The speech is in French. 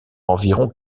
environ